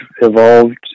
evolved